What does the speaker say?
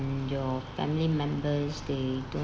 your family members they don't